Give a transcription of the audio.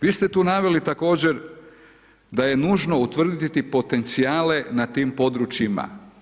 Vi ste tu naveli, također da je nužno utvrditi potencijale na tim područjima.